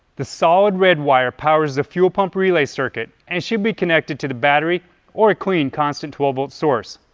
the solid red wire powers the fuel pump relay circuit and should be connected to the battery or a clean, constant, twelve volt source.